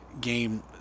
game